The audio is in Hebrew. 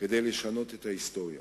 כדי לשנות את ההיסטוריה.